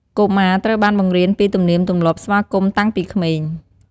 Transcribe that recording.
កុមារត្រូវបានបង្រៀនពី ទំនៀមទម្លាប់ស្វាគមន៍ តាំងពីក្មេង។